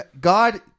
god